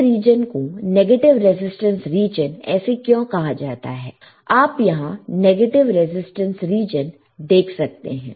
इस रीजन को negative resistance region ऐसे क्यों कहा जाता है आप यहां नेगेटिव रेजिस्टेंस रीजन देख सकते हैं